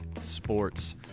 sports